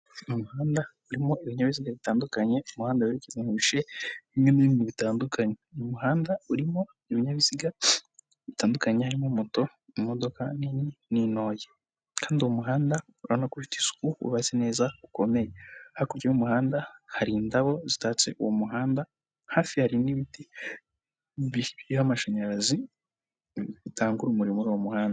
Ni umuhanda urimo ibinyabiziga bitandukanye, umuhanda werekeza mu bice bimwe na bimwe bitandukanye. Ni umuhanda urimo ibinyabiziga bitandukanye harimo moto, imodoka nini n'intoya kandi uwo muhanda urabona ko ufite isuku, ubaze neza, ukomeye. Hakurya y'uwo muhanda hari indabo zitatse uwo muhanda, hafi hari n'ibiti biriho amashanyarazi, bitanga urumuri muri uwo muhanda.